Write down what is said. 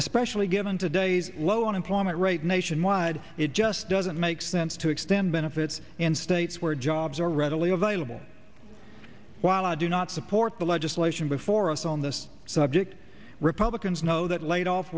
especially given today's low unemployment rate nationwide it just doesn't make sense to extend benefits in states where jobs are readily available while i do not support the legislation before us on this subject republicans know that laid off